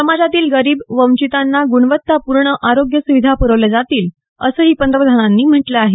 समाजातील गरीब वंचितांना गुणवत्तापूर्ण आरोग्य सुविधा प्रवल्या जातील असंही पंतप्रधानांनी म्हटलं आहे